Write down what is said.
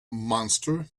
monster